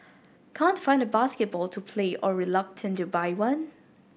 can't find a basketball to play or reluctant to buy one